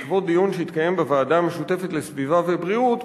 בעקבות דיון שהתקיים בוועדה המשותפת לסביבה ובריאות,